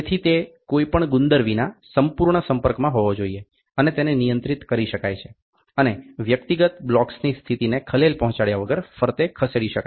તેથી તે કોઈ પણ ગુંદર વિના સંપૂર્ણ સંપર્કમાં હોવો જોઈએ અને તેને નિયંત્રિત કરી શકાય છે અને વ્યક્તિગત બ્લોક્સની સ્થિતિને ખલેલ પહોંચાડ્યા વગર ફરતે ખસેડી શકાય છે